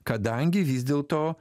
kadangi vis dėlto